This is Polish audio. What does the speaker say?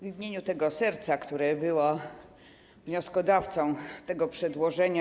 W imieniu serca, które było wnioskodawcą tego przedłożenia.